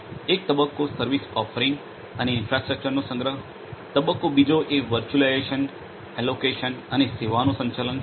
એક તબક્કો service offerings અને ઇન્ફ્રાસ્ટ્રક્ચર નો સંગ્રહ તબક્કો બીજો એ વર્ચ્યુલાઇઝેશન એલોકેશન અને સેવાઓનું સંચાલન છે